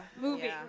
movie